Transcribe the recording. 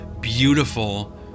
beautiful